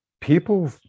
people